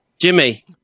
Jimmy